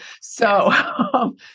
So-